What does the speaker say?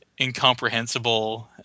incomprehensible